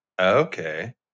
Okay